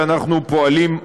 שאנחנו פועלים,